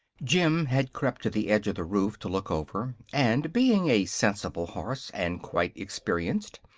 jim had crept to the edge of the roof to look over, and being a sensible horse and quite experienced,